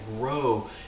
grow